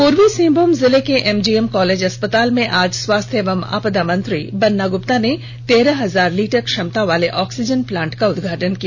पूर्वी सिंहभूम जिले के एमजीएम कॉलेज अस्पताल में आज स्वास्थ्य एवं आपदा मंत्री बन्ना गुप्ता ने तेरह हजार लीटर क्षमता वाले ऑक्सीजन प्लांट का उद्घाटन किया